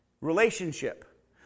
Relationship